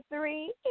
three